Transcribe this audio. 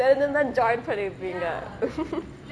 தெரிஞ்சிருந்தா:terinjirunthaa join பண்ணிருப்பிங்கே:pannirupingae